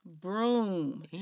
Broom